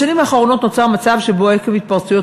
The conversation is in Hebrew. בשנים האחרונות נוצר מצב שבו עקב התפרצויות